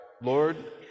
Lord